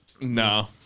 No